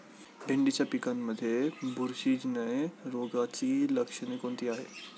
भेंडीच्या पिकांमध्ये बुरशीजन्य रोगाची लक्षणे कोणती आहेत?